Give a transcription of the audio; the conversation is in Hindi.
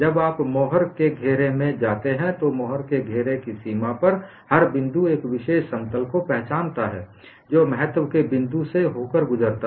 जब आप मोहर के घेरे में Mohr's circle जाते हैं तो मोहर के घेरे की सीमा पर हर बिंदु एक विशेष समतल को पहचानता है जो महत्तव के बिंदु से गुजरता है